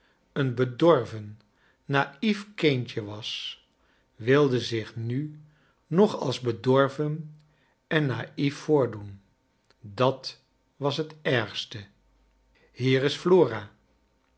een bedorven naif kindje was wilde zich nu nog als bedorven en naif voordoen dat was het ergste hier is